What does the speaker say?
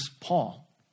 Paul